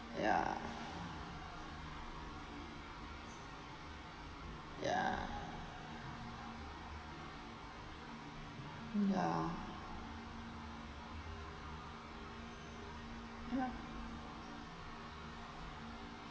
ya ya ya